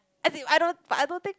as if I don't but I don't think